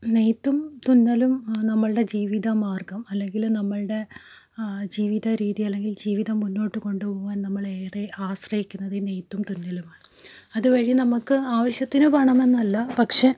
നെയ്ത്തും തുന്നലും നമ്മളുടെ ജീവിതമാർഗ്ഗം അല്ലെങ്കിൽ നമ്മളുടെ ജീവിതരീതി അല്ലെങ്കിൽ ജീവിതം മുന്നോട്ടു കൊണ്ടുപോവാൻ നമ്മൾ ഏറെ ആശ്രയിക്കുന്നത് ഈ നെയ്ത്തും തുന്നലുമാണ് അതുവഴി നമുക്ക് ആവശ്യത്തിന് പണമെന്നല്ല പക്ഷെ